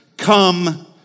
Come